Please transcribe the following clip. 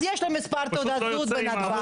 אז יש לו מספר תעודת זהות בנתב"ג.